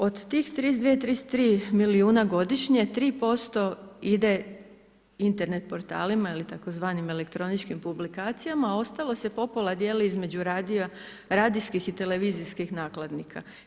Od tih 32, 33 milijuna godišnje 3% ide Internet portalima ili tzv. elektroničkim publikacijama, a ostalo se po pola dijeli između radijskih i televizijskih nakladnika.